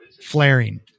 Flaring